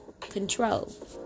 control